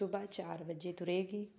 ਸੁਬਾਹ ਚਾਰ ਵਜੇ ਤੁਰੇਗੀ